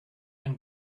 and